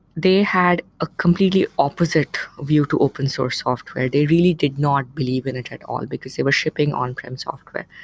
they had a completely opposite view to open source software. they really did not believe in it at all, because it was shipping on-prem software.